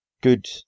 good